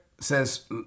says